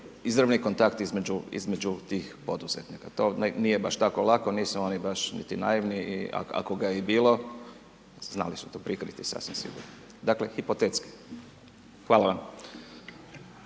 izravni kontakti između tih poduzetnika, to nije baš tako lako, nisu oni baš niti naivni, ako ga je i bilo, znali su to prikriti sasvim sigurno. Dakle, hipotetski. Hvala vam.